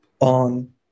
On